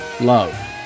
love